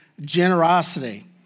generosity